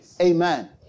Amen